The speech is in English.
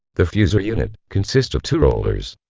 the fuser unit consist of two rollers.